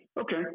Okay